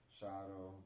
shadow